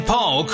Paul